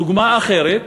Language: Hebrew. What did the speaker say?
דוגמה אחרת,